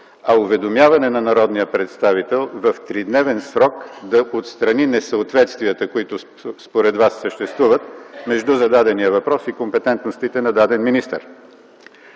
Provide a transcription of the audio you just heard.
а уведомяване на народния представител в тридневен срок да отстрани несъответствията, които според Вас съществуват, между зададения въпрос и компетентностите на дадения министър.